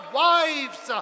wives